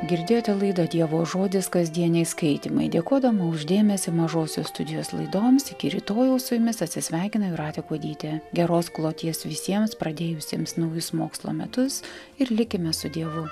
girdėjote laidą dievo žodis kasdieniai skaitymai dėkodama už dėmesį mažosios studijos laidoms iki rytojaus su jumis atsisveikina jūratė kuodytė geros kloties visiems pradėjusiems naujus mokslo metus ir likime su dievu